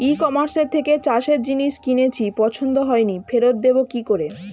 ই কমার্সের থেকে চাষের জিনিস কিনেছি পছন্দ হয়নি ফেরত দেব কী করে?